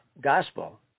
gospel